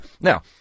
Now